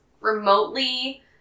remotely